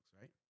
right